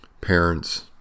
parents